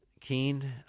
keen